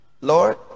Lord